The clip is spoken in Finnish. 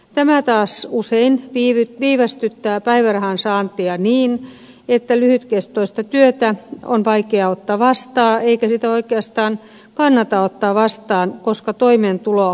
tämä taas usein viivästyttää päivärahan saantia niin että lyhytkestoista työtä on vaikea ottaa vastaan eikä sitä oikeastaan kannata ottaa vastaan koska toimeentulo vaikeutuu